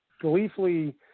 gleefully